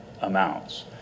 amounts